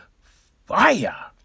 fire